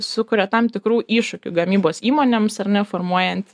sukuria tam tikrų iššūkių gamybos įmonėms ar ne formuojant